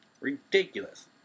Ridiculous